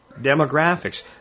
demographics